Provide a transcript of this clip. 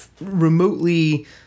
remotely